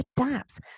adapts